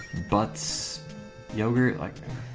butts yogurt like